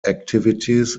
activities